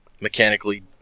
mechanically